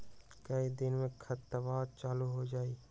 कई दिन मे खतबा चालु हो जाई?